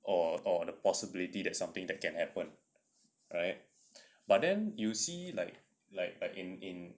or the possibility that something that can happen right but then you see like like like in in